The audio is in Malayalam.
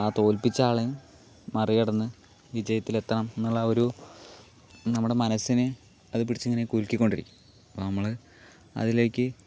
ആ തോൽപ്പിച്ച ആളേയും മറികടന്ന് വിജയത്തിലെത്തണം എന്നുള്ള ഒരു നമ്മുടെ മനസ്സിനെ അത് പിടിച്ച് ഇങ്ങനെ കുലുക്കിക്കൊണ്ടിരിക്കും അപ്പോൾ നമ്മൾ അതിലേയ്ക്ക്